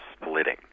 splitting